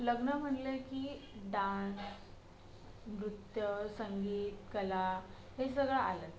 लग्न म्हणले की डान्स नृत्य संगीत कला हे सगळं आलंच